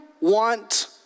want